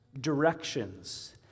directions